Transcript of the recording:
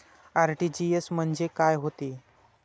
RTGS म्हंजे काय होते?